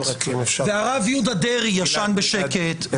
והרב יהודה דרעי ישן בשקט,